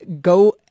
go